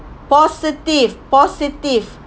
positive positive